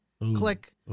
Click